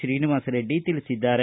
ಶ್ರೀನಿವಾಸರೆಡ್ಡಿ ತಿಳಿಸಿದ್ದಾರೆ